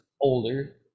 older